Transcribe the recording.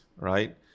right